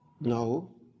No